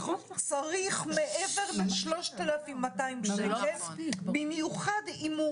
צריך מעבר ל-3,200 שקל, במיוחד אם הוא